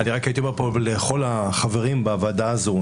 רק הייתי אומר פה לכל החברים בוועדה הזאת,